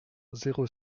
zéro